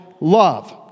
love